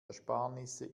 ersparnisse